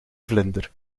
vlinder